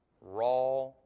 raw